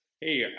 hey